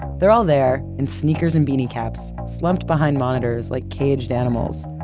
they're all there, in sneakers and beanie caps, slumped behind monitors like caged animals.